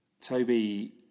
Toby